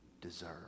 deserve